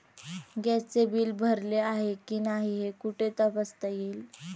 गॅसचे बिल भरले आहे की नाही हे कुठे तपासता येईल?